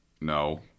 No